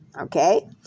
Okay